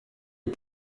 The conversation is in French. est